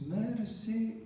mercy